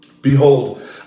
Behold